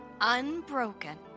unbroken